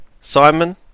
Simon